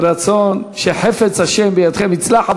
יהי רצון שחפץ השם בידכם יצלח.